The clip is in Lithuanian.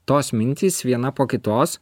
tos mintys viena po kitos